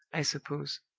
i suppose.